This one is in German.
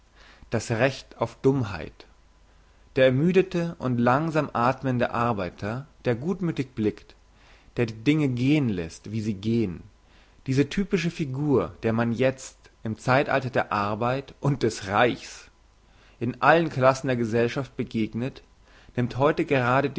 das recht auf dummheit der ermüdete und langsam athmende arbeiter der gutmüthig blickt der die dinge gehen lässt wie sie gehn diese typische figur der man jetzt im zeitalter der arbeit und des reichs in allen klassen der gesellschaft begegnet nimmt heute gerade